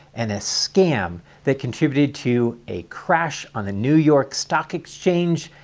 and a scam that contributed to a crashed on the new york stock exchange,